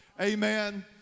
amen